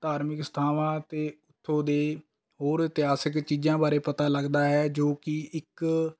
ਧਾਰਮਿਕ ਸਥਾਨਾਂ ਅਤੇ ਉੱਥੋਂ ਦੇ ਹੋਰ ਇਤਿਹਾਸਿਕ ਚੀਜ਼ਾਂ ਬਾਰੇ ਪਤਾ ਲੱਗਦਾ ਹੈ ਜੋ ਕਿ ਇੱਕ